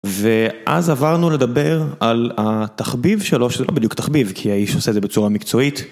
ואז עברנו לדבר על התחביב שלו, שזה לא בדיוק תחביב, כי האיש עושה את זה בצורה מקצועית.